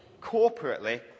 corporately